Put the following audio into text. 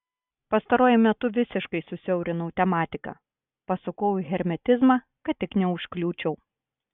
pastaruoju metu visiškai susiaurinau tematiką pasukau į hermetizmą kad tik neužkliūčiau